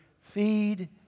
Feed